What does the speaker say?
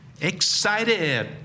Excited